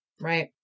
right